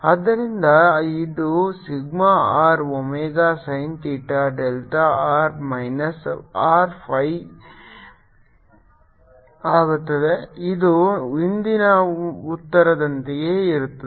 ಆದ್ದರಿಂದ ಇದು sigma R omega sin theta delta r minus R phi ಆಗುತ್ತದೆ ಇದು ಹಿಂದಿನ ಉತ್ತರದಂತೆಯೇ ಇರುತ್ತದೆ